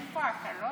לא, אבל איפה ההקלות?